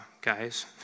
Guys